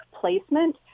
placement